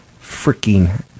freaking